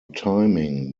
timing